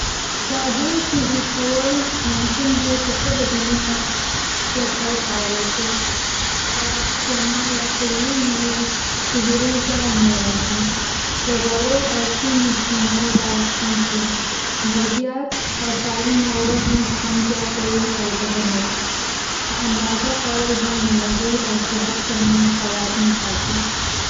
خواږه صحي کول ممکن دي که ښه بدیلونه ورته وکارول شي. شات، خرما، یا طبیعي میوې د بورې ځای نیولی شي. د غوړو او کریم استعمال باید کم شي. مغزیات او سالمه اوړه هم خوند زیاتوي او ګټه لري. په اندازه خوړل هم د مزې او صحت ترمنځ توازن ساتي.